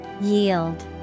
Yield